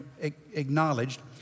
acknowledged